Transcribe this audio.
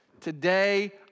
today